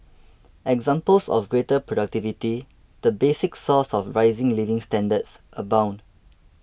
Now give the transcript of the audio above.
examples of greater productivity the basic source of rising living standards abound